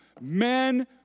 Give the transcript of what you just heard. men